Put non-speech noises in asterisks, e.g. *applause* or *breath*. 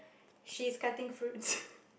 she's cutting fruits *breath*